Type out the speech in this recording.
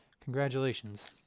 Congratulations